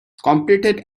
competed